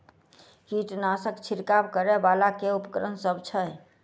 कीटनासक छिरकाब करै वला केँ उपकरण सब छै?